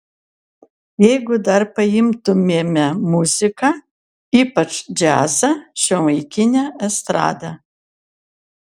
jeigu dar paimtumėme muziką ypač džiazą šiuolaikinę estradą